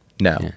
No